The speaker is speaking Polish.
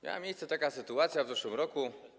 Miała miejsce taka sytuacja w zeszłym roku.